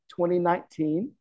2019